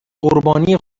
قربانی